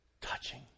touching